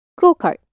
go-kart